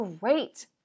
Great